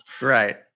right